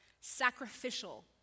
Sacrificial